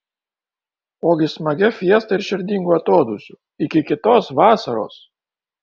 ogi smagia fiesta ir širdingu atodūsiu iki kitos vasaros